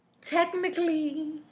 Technically